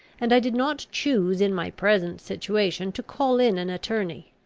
and i did not choose in my present situation to call in an attorney.